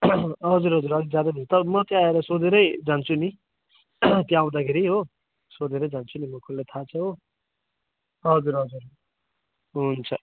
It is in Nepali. हजुर हजुर जाँदा भित्र म त्यहाँ आएर सोधेरै जान्छु नि त्यहाँ आउँदाखेरि हो सोधेरै जान्छु नि म कसलाई थाहा छ हो हजुर हजुर हुन्छ